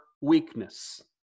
weakness